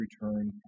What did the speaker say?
return